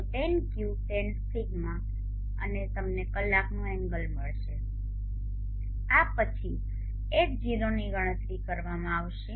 તો tan Q tank 𝛿 અને તમને કલાકનો એંગલ મળશે આ પછી H0 ની ગણતરી કરવામાં આવશે